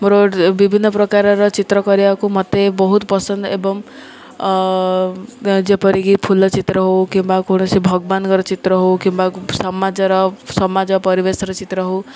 ମୋର ବିଭିନ୍ନ ପ୍ରକାରର ଚିତ୍ର କରିବାକୁ ମୋତେ ବହୁତ ପସନ୍ଦ ଏବଂ ଯେପରିକି ଫୁଲ ଚିତ୍ର ହଉ କିମ୍ବା କୌଣସି ଭଗବାନଙ୍କର ଚିତ୍ର ହଉ କିମ୍ବା ସମାଜର ସମାଜ ପରିବେଶର ଚିତ୍ର ହଉ